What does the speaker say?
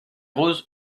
roses